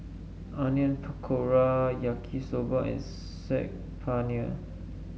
Onion Pakora Yaki Soba and Saag Paneer